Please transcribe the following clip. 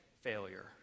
failure